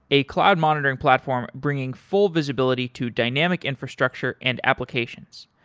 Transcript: a cloud monitoring platform bringing full visibility to dynamic infrastructure and applications.